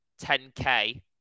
10K